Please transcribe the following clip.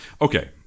okay